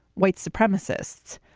white supremacists,